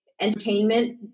entertainment